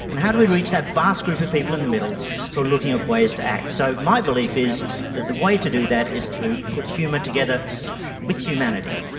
and how do we reach that vast group of people in the middle who are looking at ways to act? so my belief is that the way to do that is to put humour together with humanity.